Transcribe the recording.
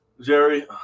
Jerry